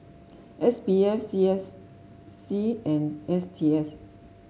S P F C S C and S T S